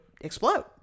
explode